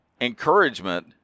encouragement